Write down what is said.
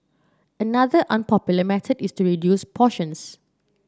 another unpopular method is to reduce portions